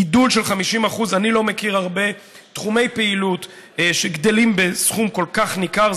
גידול של 50%. אני לא מכיר הרבה תחומי פעילות שגדלים בשיעור כל כך ניכר.